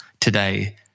today